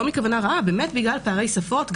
לא מכוונה רעה אלא בגלל פערי שפות.